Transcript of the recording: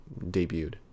debuted